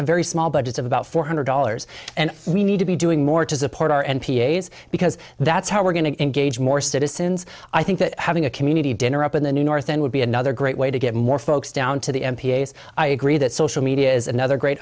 have very small budgets of about four hundred dollars and we need to be doing more to support our m p s because that's how we're going to engage more citizens i think that having a community dinner up in the north end would be another great way to get more folks down to the m p s i agree that social media is another great